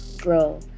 grow